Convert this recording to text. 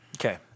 Okay